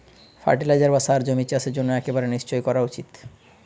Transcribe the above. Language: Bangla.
ফার্টিলাইজার বা সার জমির চাষের জন্য একেবারে নিশ্চই করা উচিত